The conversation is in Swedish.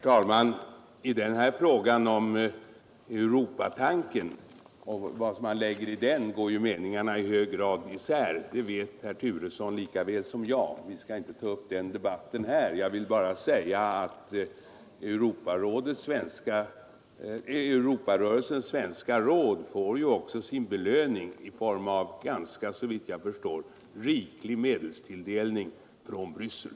Herr talman! I fråga om vad man lägger in i Europatanken går meningarna i hög grad isär, det vet herr Turesson lika väl som jag och vi skall inte ta upp den debatten här. Europarörelsens svenska råd får också sin belöning i form av såvitt jag förstår ganska riklig medelstilldelning från Bryssel.